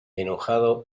enojado